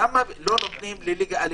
למה לא נותנים לליגה א'?